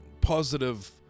positive